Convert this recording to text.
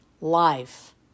life